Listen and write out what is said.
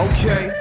Okay